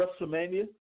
WrestleMania